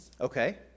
Okay